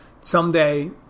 someday